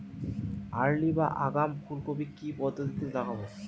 Early বা আগাম ফুল কপি কি পদ্ধতিতে লাগাবো?